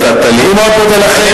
אז אני מאוד מודה לך,